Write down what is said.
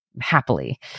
happily